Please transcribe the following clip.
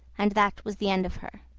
and that was the end of her.